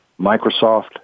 Microsoft